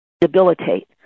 debilitate